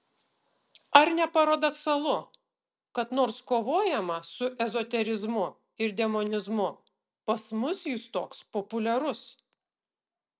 ar ne paradoksalu kad nors kovojama su ezoterizmu ir demonizmu pas mus jis toks populiarus